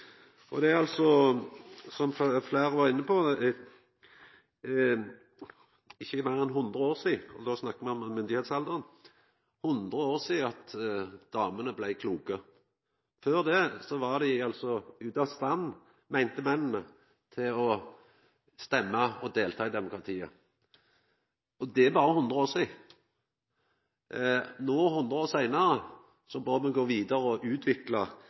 Det er, som fleire har vore inne på, ikkje meir enn 100 år sidan – og då snakkar me om myndigheitsalderen – at damene blei kloke. Før det var dei altså, meinte mennene, ute av stand til å stemma og delta i demokratiet. Det er berre 100 år sidan. No, 100 år seinare, bør me gå vidare og utvikla